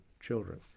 children